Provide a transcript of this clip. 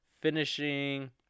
finishing